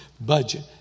budget